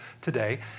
today